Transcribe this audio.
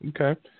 Okay